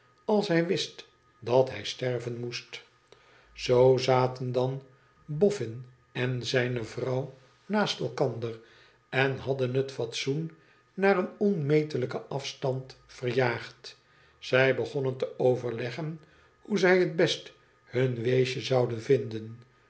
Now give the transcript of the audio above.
als hij wist dat hij sterven moest zoo zaten dan boffin en zijne vrouw naast elkander en hadden het fatsoen naar een onmetelijken afstand verjaagd zij begonnen te overleggen hoe zij het best hun weesje zouden vinden